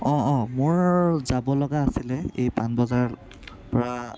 মোৰ যাব লগা আছিলে এই পাণবজাৰৰপৰা